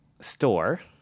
store